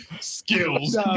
skills